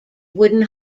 wooden